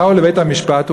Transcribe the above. באו לבית-המשפט.